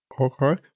Okay